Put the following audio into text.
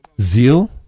Zeal